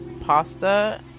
pasta